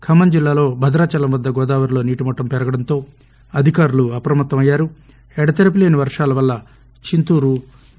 ఖమ్మంజిల్లాలో భద్రాచలంవద్దగోదావరిలో నీటిమట్టంపెరగడంతో అధికారులుఅప్రమత్తంఅయ్యా ఎడతెరపిలేనివర్గాలవల్లచంతూరు వి